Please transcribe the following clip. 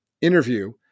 interview